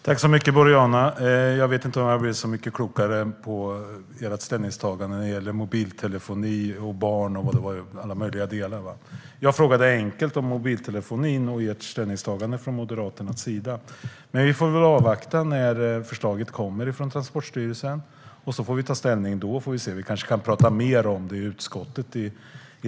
Fru talman! Jag vet inte om jag blev så mycket klokare på ert ställningstagande när det gäller mobiltelefoni, barn och vad det nu var. Jag ställde en enkel fråga om mobiltelefoni och Moderaternas ställningstagande. Men vi får väl avvakta till dess att förslaget kommer från Transportstyrelsen och sedan ta ställning. Vi kan kanske prata mer om det i utskottet.